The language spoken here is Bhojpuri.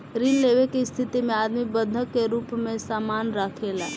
ऋण लेवे के स्थिति में आदमी बंधक के रूप में सामान राखेला